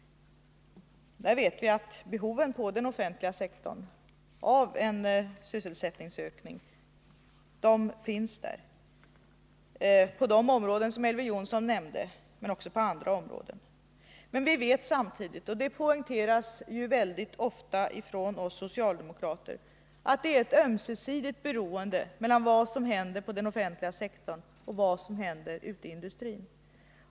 Men vi vet att behov finns på den offentliga sektorn av en sysselsättningsökning, på de områden som Elver Jonsson nämnde men också på andra områden. Vi vet samtidigt — och det poängteras mycket ofta av oss socialdemokrater — att det är ett ömsesidigt beroende mellan vad som händer på den offentliga sektorn och vad som händer ute i industrin.